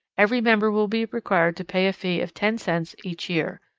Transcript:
every member will be required to pay a fee of ten cents each year.